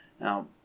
Now